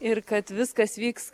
ir kad viskas vyks